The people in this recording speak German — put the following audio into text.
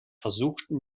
versuchten